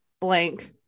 blank